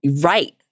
Right